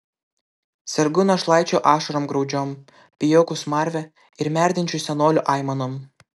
sergu našlaičių ašarom graudžiom pijokų smarve ir merdinčių senolių aimanom